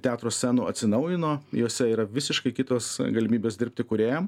teatro scenų atsinaujino jose yra visiškai kitos galimybės dirbti kūrėjam